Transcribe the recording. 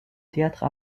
théâtre